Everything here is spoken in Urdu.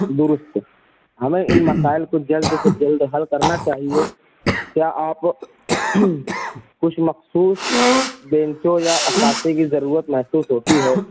درست ہمیں ان مسائل کو جلد سے جلد حل کرنا چاہیے کیا آپ کچھ مخصوص بینچوں یا اثاثے کی ضرورت محسوس ہوتی ہے